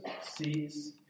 sees